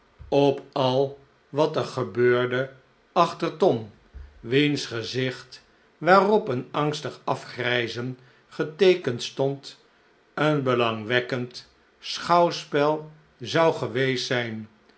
op al wat er gebeurde achter tom wiens gezicht waarop een angstig afgrijzen geteekend stond een belangwekkend schouwspel zou geweest zijn